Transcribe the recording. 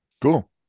Cool